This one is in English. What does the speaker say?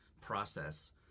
process